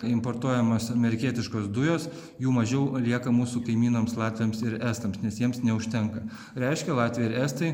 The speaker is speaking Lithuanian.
importuojamos amerikietiškos dujos jų mažiau lieka mūsų kaimynams latviams ir estams nes jiems neužtenka reiškia latviai ir estai